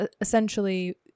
essentially